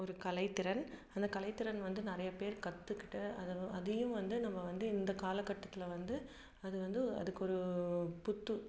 ஒரு கலைத்திறன் அந்த கலைத்திறன் வந்து நிறைய பேர் கற்றுக்கிட்டு அதை அதையும் வந்து நம்ம வந்து இந்த காலக்கட்டத்தில் வந்து அது வந்து அதுக்கொரு புத்து